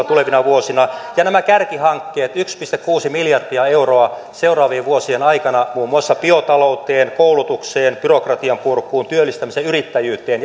tulevina vuosina ja nämä kärkihankkeet yksi pilkku kuusi miljardia euroa seuraavien vuosien aikana muun muassa biotalouteen koulutukseen byrokratian purkuun työllistämiseen yrittäjyyteen